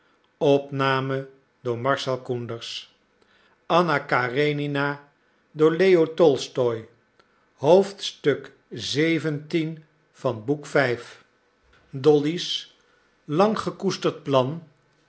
dolly's lang gekoesterd